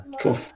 Cool